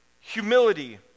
humility